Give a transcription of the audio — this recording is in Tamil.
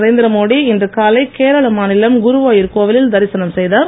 நரேந்திரமோடி இன்று காலை கேரள மாநிலம் குருவாயூர் கோவிலில் தரிசனம் செய்தார்